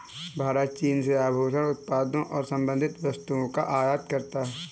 भारत चीन से आभूषण उत्पादों और संबंधित वस्तुओं का आयात करता है